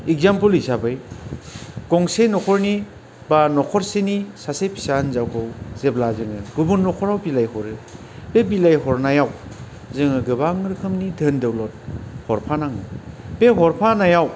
example हिसाबै गंसे न'खरनि बा न'खरसेनि सासे फिसा हिनजावखौ जेब्ला जोङो गुबुन न'खराव बिलायहरो बे बिलायहरनायाव जोङो गोबां रोखोमनि धोन दौलद हरफानांगौ बे हरफानायाव